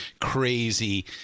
crazy